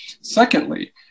Secondly